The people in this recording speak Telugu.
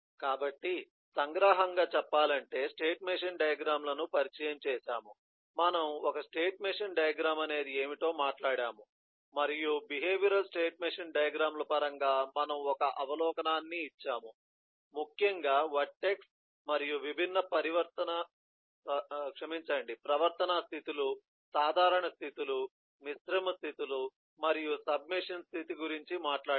కాబట్టి సంగ్రహంగా చెప్పాలంటే స్టేట్ మెషీన్ డయాగ్రమ్ లను పరిచయం చేసాము మనము ఒక స్టేట్ మెషీన్ డయాగ్రమ్ అనేది ఏమిటో మాట్లాడాము మరియు బిహేవియరల్ స్టేట్ మెషీన్ డయాగ్రమ్ ల పరంగా మనము ఒక అవలోకనాన్ని ఇచ్చాము ముఖ్యంగా వర్టెక్స్ మరియు విభిన్న ప్రవర్తనా స్థితులు సాధారణ స్థితులు మిశ్రమ స్థితులు మరియు సబ్ మెషిన్ స్థితి గురించి మాట్లాడాము